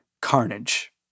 carnage